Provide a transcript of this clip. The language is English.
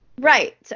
Right